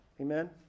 Amen